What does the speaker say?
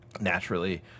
naturally